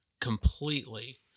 completely